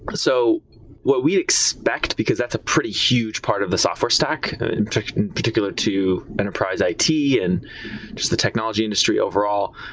but so what we expect, because that's a pretty huge part of the software stack. in particular to enterprise it and just the technology industry overall,